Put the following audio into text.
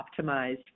optimized